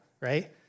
right